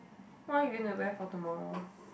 what are you gonna wear for tomorrow